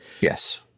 Yes